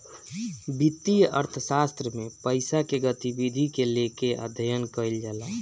वित्तीय अर्थशास्त्र में पईसा के गतिविधि के लेके अध्ययन कईल जाला